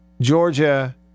Georgia